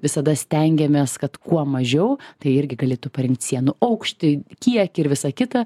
visada stengiamės kad kuo mažiau tai irgi galėtų parinkt sienų aukštį kiek ir visa kita